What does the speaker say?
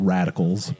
Radicals